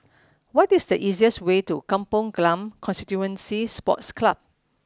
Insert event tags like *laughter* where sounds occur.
*noise* what is the easiest way to Kampong Glam Constituency Sports Club